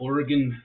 Oregon